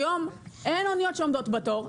היום אין אוניות שעומדות בתור.